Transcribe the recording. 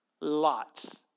Lots